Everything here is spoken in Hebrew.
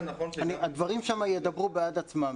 הדברים שם ידברו בעד עצמם.